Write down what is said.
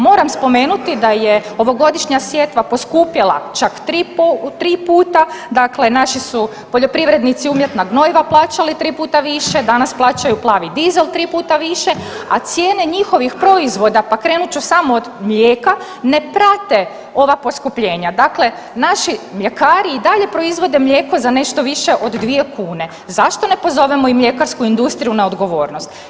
Moram spomenuti da je ovogodišnja sjetva poskupjela čak 3 puta, dakle naši su poljoprivrednici umjetna gnojiva plaćali 3 puta više, danas plaćaju plavi dizel 3 puta više, a cijene njihovih proizvoda, pa krenut ću samo od mlijeka, ne prate ova poskupljenja, dakle naši mljekari i dalje proizvode mlijeko za nešto više od 2 kune, zašto ne pozovemo i mljekarsku industriju na odgovornost.